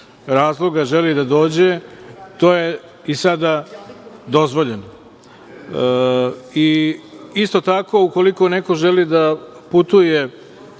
razloga želi da dođe, to je i sada dozvoljeno. Isto tako, ukoliko neko želi da putuje